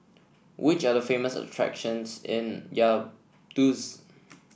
which are the famous attractions in Vaduz